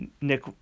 Nick